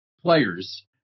players